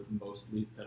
mostly